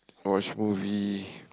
watch movie